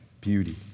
beauty